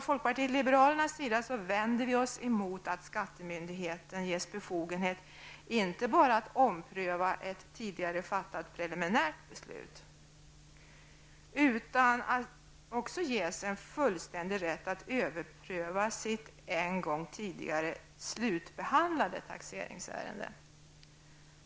Folkpartiet liberalerna vänder sig mot att skattemyndigheten ges befogenhet inte bara att ompröva ett tidigare fattat preliminärt beslut utan också ges en fullständig rätt att överpröva sitt en gång tidigare slutbehandlade taxeringsärende.